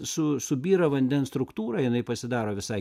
su subyra vandens struktūra jinai pasidaro visai